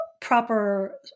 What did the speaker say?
proper